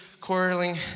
quarreling